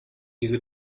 diese